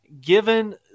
given